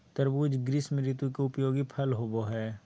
तरबूज़ ग्रीष्म ऋतु के उपयोगी फल होबो हइ